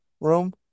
room